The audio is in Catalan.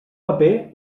paper